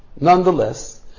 Nonetheless